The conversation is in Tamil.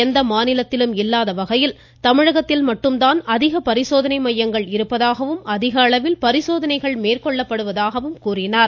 எந்த மாநிலத்திலும் இல்லாத வகையில் தமிழகத்தில் மட்டும் தான் அதிக பரிசோதனை மையங்கள் இருப்பதாகவும் அதிக அளவில் பரிசோதனைகள் மேற்கொள்ளப்படுவதாகவும் கூறினார்